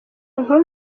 nkuru